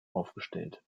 aufgestellt